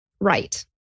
right